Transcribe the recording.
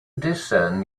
discern